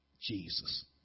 Jesus